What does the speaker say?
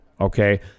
okay